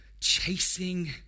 chasing